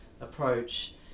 approach